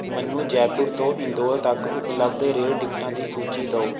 ਮਨੂੰ ਜੈਪੁਰ ਤੋਂ ਇੰਦੌਰ ਤੱਕ ਉਪਲੱਬਧ ਰੇਲ ਟਿਕਟਾਂ ਦੀ ਸੂਚੀ ਦਓ